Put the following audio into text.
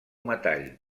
metall